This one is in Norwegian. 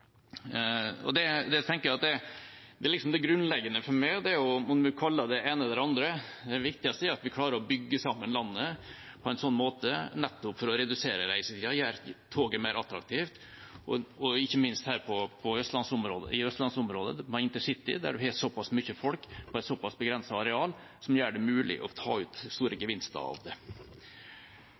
det det grunnleggende, og om en kaller det det ene eller det andre, er jo det viktigste at vi klarer å bygge sammen landet på en sånn måte, nettopp for å redusere reisetiden og gjøre toget mer attraktivt. Ikke minst gjelder det med intercity her i østlandsområdet der en har såpass mye folk på et såpass begrenset areal, som gjør det mulig å ta ut store gevinster av det.